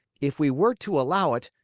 if we were to allow it,